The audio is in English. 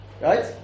Right